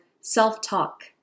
self-talk